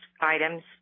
items